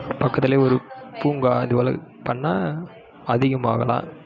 ஒரு பூங்கா இதுவெல்லாம் பண்ணிணா அதிகமாகலாம்